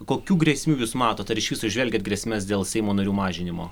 kokių grėsmių jūs matot ar iš viso įžvelgiat grėsmes dėl seimo narių mažinimo